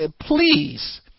please